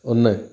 ഒന്ന്